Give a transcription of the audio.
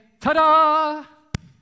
Ta-da